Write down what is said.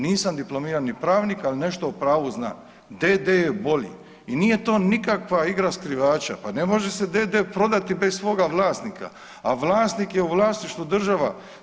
Nisam diplomirani pravnik, ali nešto o pravu znam. d.d. je bolji i nije to nikakva igra skrivača, pa ne može se d.d. prodati bez svoga vlasnika, a vlasnik je u vlasništvu država.